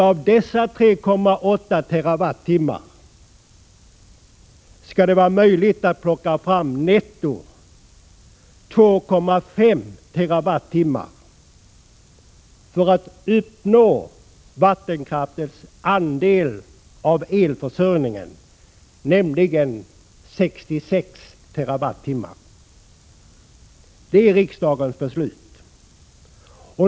Av dessa 3,8 TWh skall det vara möjligt att ta fram netto 2,5 TWh för RE att uppnå vattenkraftens andel av elförsörjningen, nämligen 66 TWh. Detta är riksdagens beslut.